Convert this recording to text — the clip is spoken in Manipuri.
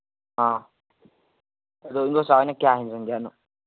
ꯑ ꯑꯗꯨ ꯏꯟꯗꯣꯝꯆꯥ ꯍꯣꯏꯅ ꯀꯌꯥ ꯌꯣꯟꯒꯦ ꯍꯥꯏꯔꯤꯅꯣ